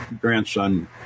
grandson